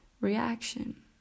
reaction